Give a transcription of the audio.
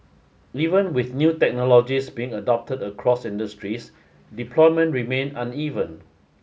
even with new technologies being adopted across industries deployment remain uneven